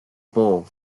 bull